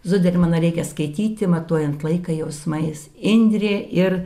zudermaną reikia skaityti matuojant laiką jausmais indrė ir